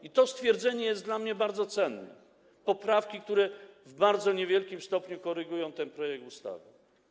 I to stwierdzenie jest dla mnie bardzo cenne: poprawki, które w bardzo niewielkim stopniu korygują ten projekt ustawy.